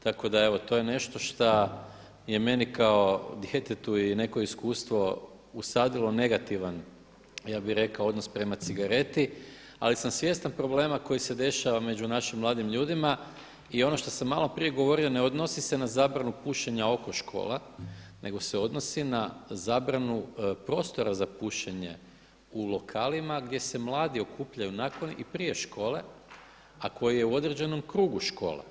Tako da evo to je nešto šta je meni kao djetetu i neko iskustvo usadilo negativan ja bih rekao odnos prema cigareti, ali sam svjestan problema koji se dešava među našim mladim ljudima i ono što sam malo prije govorio ne odnosi se na zabranu pušenja oko škola, nego se odnosi na zabranu prostora za pušenje u lokalima gdje se mladi okupljaju nakon i prije škole, a koji je u određenom krugu škole.